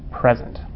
present